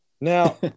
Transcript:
Now